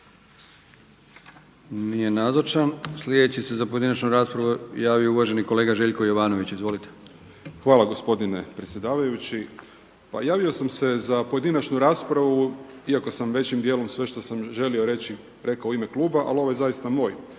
Nije nazočan. Sljedeći se za pojedinačnu raspravu javio uvaženi kolega Željko Jovanović. Izvolite. **Jovanović, Željko (SDP)** Hvala gospodine predsjedavajući. Pa javio sam se za pojedinačnu raspravu iako sam većim dijelom sve što sam želio reći rekao u ime kluba, ali ovo je zaista moj